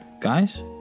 Guys